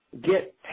Get